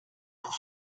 pour